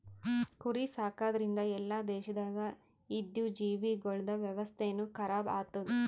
ಕುರಿ ಸಾಕದ್ರಿಂದ್ ಎಲ್ಲಾ ದೇಶದಾಗ್ ಇದ್ದಿವು ಜೀವಿಗೊಳ್ದ ವ್ಯವಸ್ಥೆನು ಖರಾಬ್ ಆತ್ತುದ್